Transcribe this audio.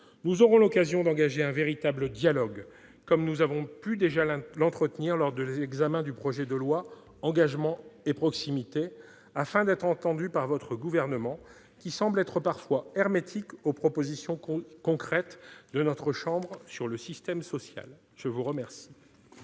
nous aurons l'occasion d'engager un véritable dialogue, comme nous avons pu déjà le faire lors de l'examen du projet de loi Engagement et proximité. Nous souhaiterions être mieux entendus par le Gouvernement, qui semble parfois hermétique aux propositions concrètes de notre chambre sur le système social. La parole